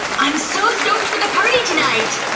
i'm so stoked for the party tonight.